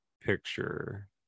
picture